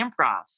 Improv